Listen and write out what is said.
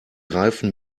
reifen